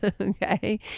Okay